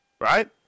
Right